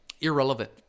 irrelevant